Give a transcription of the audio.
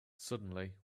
suddenly